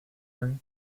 ernest